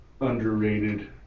underrated